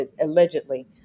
allegedly